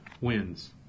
wins